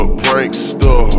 prankster